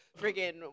friggin